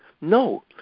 No